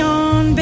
on